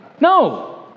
No